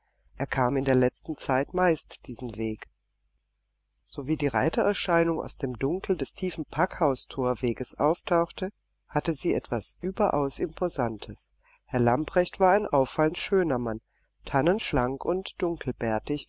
er kam in der letzten zeit meist diesen weg sowie die reitererscheinung aus dem dunkel des tiefen packhaus thorweges auftauchte hatte sie etwas überaus imposantes herr lamprecht war ein auffallend schöner mann tannenschlank und